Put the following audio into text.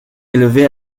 élevé